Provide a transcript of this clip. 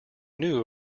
new